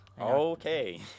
Okay